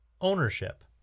Ownership